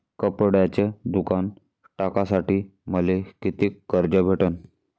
कपड्याचं दुकान टाकासाठी मले कितीक कर्ज भेटन?